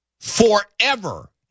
Forever